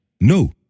No